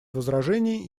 возражений